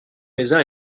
mézard